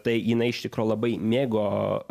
tai jinai iš tikro labai mėgo